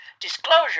disclosure